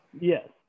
yes